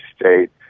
state